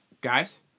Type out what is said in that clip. Guys